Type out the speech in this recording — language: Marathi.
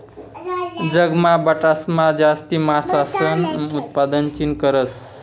जगमा बठासमा जास्ती मासासनं उतपादन चीन करस